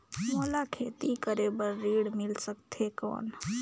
मोला खेती करे बार ऋण मिल सकथे कौन?